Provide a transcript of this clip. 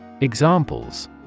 Examples